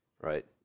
Right